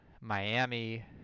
Miami